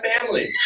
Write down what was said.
family